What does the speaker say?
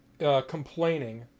Complaining